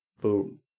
Boom